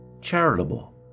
charitable